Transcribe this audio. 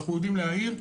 אנחנו יודעים להעיר.